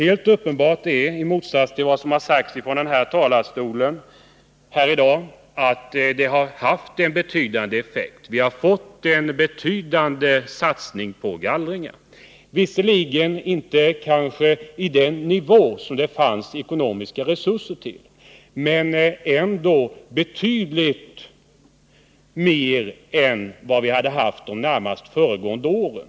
I motsats till vad som i dag har sagts från denna talarstol är det helt uppenbart att gallringsstödet har haft en betydande effekt. Vi har fått en avsevärd satsning på gallring, kanske inte på den nivå som det fanns ekonomiska resurser till, men ändå en betydande ökning jämfört med vad vi har haft de närmast föregående åren.